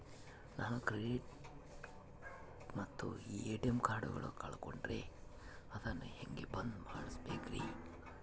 ನಾನು ಕ್ರೆಡಿಟ್ ಮತ್ತ ಎ.ಟಿ.ಎಂ ಕಾರ್ಡಗಳನ್ನು ಕಳಕೊಂಡರೆ ಅದನ್ನು ಹೆಂಗೆ ಬಂದ್ ಮಾಡಿಸಬೇಕ್ರಿ?